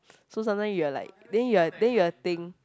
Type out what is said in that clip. so sometimes you are like then you are then you are think